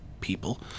people